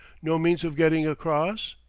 no means of getting across?